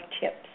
tips